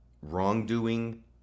wrongdoing